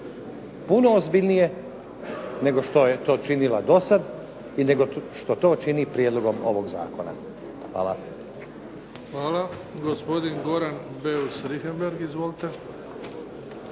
puno ozbiljnije nego što je to činila do sada i nego što to čini prijedlogom ovog zakona. Hvala. **Bebić, Luka (HDZ)** Hvala. Gospodin Goran Beus Richembergh, izvolite.